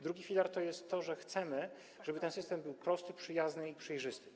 Drugi filar stanowi to, że chcemy, żeby ten system był prosty, przyjazny i przejrzysty.